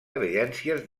evidències